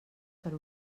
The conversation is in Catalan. per